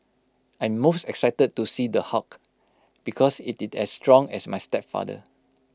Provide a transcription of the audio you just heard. I'm most excited to see the Hulk because IT is as strong as my stepfather